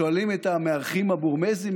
שואלים את המארחים הבורמזים,